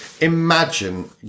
Imagine